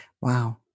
Wow